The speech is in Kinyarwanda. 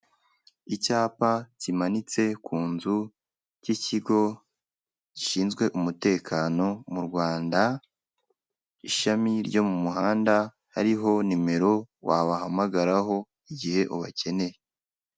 Icyapa kimanitse ku nzu cy'ikigo gishinzwe umutekano mu Rwanda ishami ryo mu muhanda, hariho nimero wabahamagaraho igihe ubakeneye.